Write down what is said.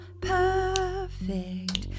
perfect